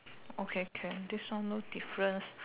okay can this one no difference